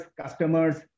customers